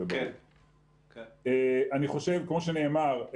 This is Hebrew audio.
כמו שנאמר,